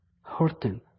Horton